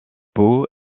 peaux